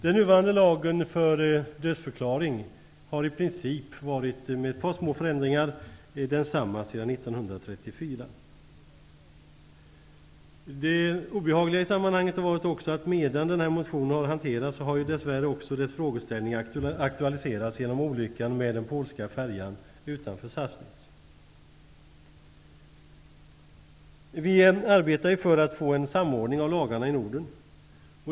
Den nuvarande lagen för dödsförklaring har med ett par små förändringar i princip varit densamma sedan 1934. Det obehagliga i sammanhanget har också varit att medan denna motion har hanterats har dessvärre dess frågeställning aktualiserats genom olyckan med den polska färjan utanför Vi arbetar ju för att få en samordning av lagarna i Norden.